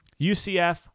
UCF